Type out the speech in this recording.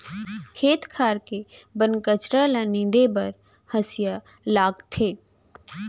खेत खार के बन कचरा ल नींदे बर हँसिया लागथे